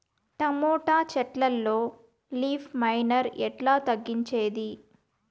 Tomato చెట్లల్లో leaf miner ఎట్లా తగ్గించేది?